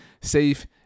safe